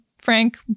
Frank